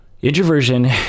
Introversion